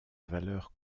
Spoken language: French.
valeur